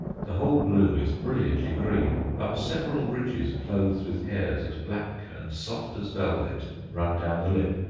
the whole bloom is brilliantly green, but several ridges clothed with hairs as black and soft as velvet run down the lip,